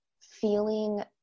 feeling